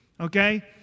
okay